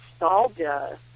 nostalgia